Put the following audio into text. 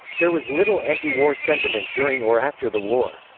there was little antiwar sentiment during or after the war.